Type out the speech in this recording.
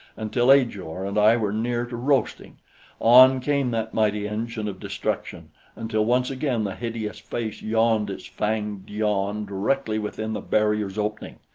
until ajor and i were near to roasting on came that mighty engine of destruction until once again the hideous face yawned its fanged yawn directly within the barrier's opening.